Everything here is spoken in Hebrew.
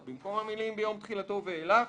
במקום המילים "ביום תחילתו ואילך"